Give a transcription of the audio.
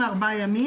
אלא ימי